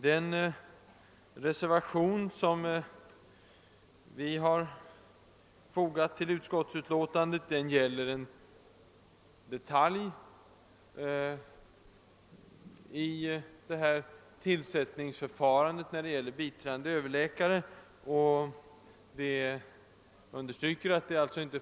Den reservation som vi har fogat till utskottets utlåtande : gäller en detalj, tillsättningsförfarandet för = biträdande överläkare.